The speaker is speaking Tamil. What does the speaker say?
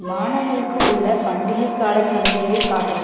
பானங்களுக்கு உள்ள பண்டிகைக் காலச் சலுகையை காட்டவும்